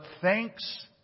thanks